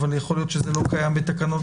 אבל יכול להיות שזה לא קיים בתקנות